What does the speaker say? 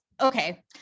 Okay